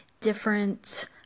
different